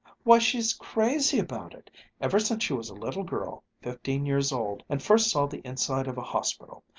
why, she's crazy about it ever since she was a little girl, fifteen years old and first saw the inside of a hospital.